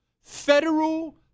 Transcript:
federal